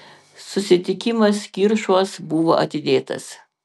susitikimas kiršuos buvo atidėtas